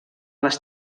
les